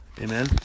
Amen